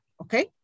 okay